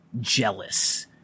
jealous